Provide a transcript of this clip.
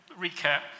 recap